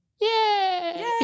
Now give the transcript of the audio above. Yay